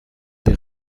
des